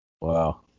Wow